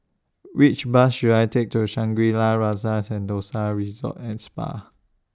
Which Bus should I Take to Shangri La's Rasa Sentosa Resort and Spa